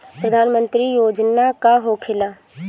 प्रधानमंत्री योजना का होखेला?